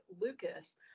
Lucas